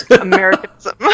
Americanism